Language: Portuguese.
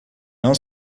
não